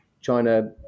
China